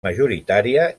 majoritària